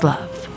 Love